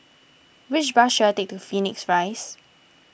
which bus should I take to Phoenix Rise